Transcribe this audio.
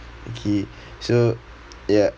okay so ya